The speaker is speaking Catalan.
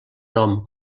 nom